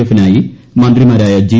എഫുമായി മന്ത്രിമാരായ ജി